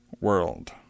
world